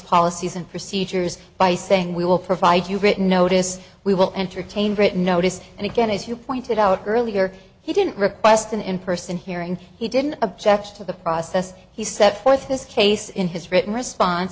policies and procedures by saying we will provide you written notice we will entertain written notice and again as you pointed out earlier he didn't request an in person hearing he didn't object to the process he set forth this case in his written response